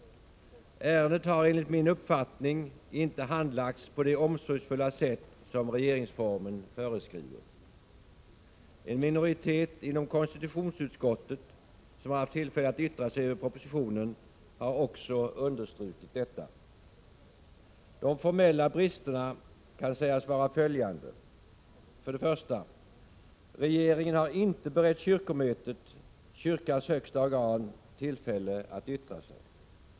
Ärendet har enligt min uppfattning inte handlagts på det omsorgsfulla sätt som regeringsformen föreskriver. En minoritet inom konstitutionsutskottet, som har haft tillfälle att yttra sig över propositionen, har också understrukit detta. De formella bristerna kan sägas vara följande: 1. Regeringen har inte berett kyrkomötet, kyrkans högsta organ, tillfälle att yttra sig.